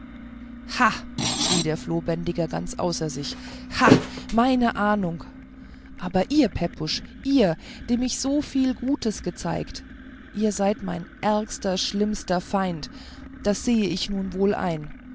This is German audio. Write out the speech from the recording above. schrie der flohbändiger ganz außer sich ha meine ahnung aber ihr pepusch ihr dem ich so viel gutes erzeigt ihr seid mein ärgster schlimmster feind das sehe ich nun wohl ein